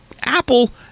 Apple